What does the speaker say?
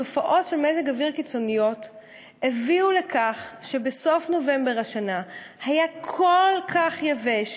תופעות של מזג אוויר קיצוני הביאו לכך שסוף נובמבר השנה היה כל כך יבש,